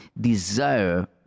desire